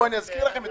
על